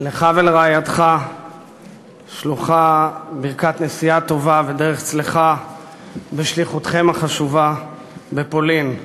לך ולרעייתך שלוחה ברכת נסיעה טובה ודרך צלחה בשליחותכם החשובה לפולין.